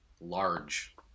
large